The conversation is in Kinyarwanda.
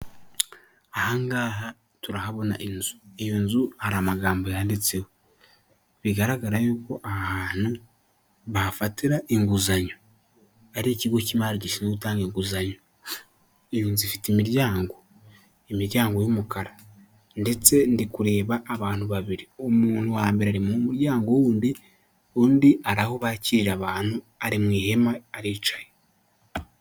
Aha ngaha turahabona inzu, iyo nzu hari amagambo yanditseho bigaragara yuko aha hantu bahafatira inguzanyo ari ikigo cy'imari gishinzwe gutanga inguzanyo. Iyo nzu ifite imiryango, imiryango y'umukara ndetse ndikureba abantu babiri umuntu wa mbere ari mu muryango wundi, undi ari aho bakirira abantu ari mu ihema aricaye.